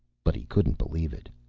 but he couldn't believe it.